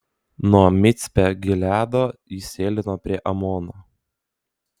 nuo micpe gileado jis sėlino prie amono